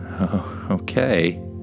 Okay